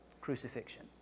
crucifixion